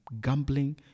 gambling